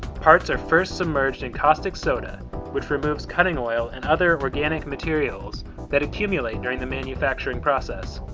parts are first submerged in caustic soda which removes cutting oil and other organic materials that accumulate during the manufacturing process.